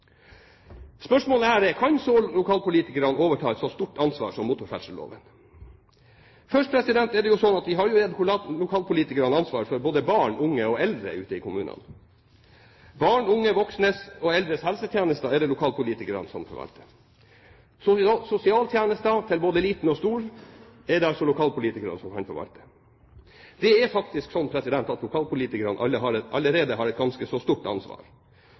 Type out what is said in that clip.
Spørsmålet er: Kan lokalpolitikerne overta et så stort ansvar som motorferdselloven? Først er det slik at lokalpolitikerne har ansvar for både barn, unge og eldre ute i kommunene. Barns, unges, voksnes og eldres helsetjenester er det lokalpolitikerne som forvalter. Sosialtjenester til både liten og stor er det altså lokalpolitikerne som forvalter. Det er faktisk slik at lokalpolitikerne allerede har et ganske så stort ansvar